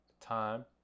time